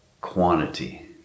quantity